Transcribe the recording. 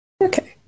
Okay